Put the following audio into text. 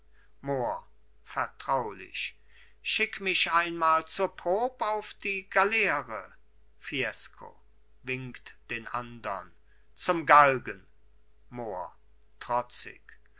vertraulich schickt mich einmal zur prob auf die galeere fiesco winkt den andern zum galgen mohr trotzig